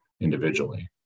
individually